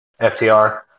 FTR